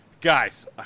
guys